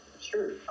sure